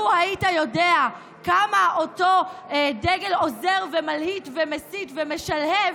לו היית יודע כמה אותו דגל עוזר ומלהיט ומסית ומשלהב,